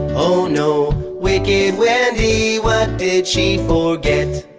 oh no, wicked wendy. what did she forget?